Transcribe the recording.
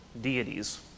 deities